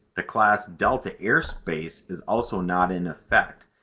the class delta airspace is also not in effect.